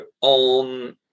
on